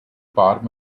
bottom